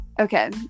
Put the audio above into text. Okay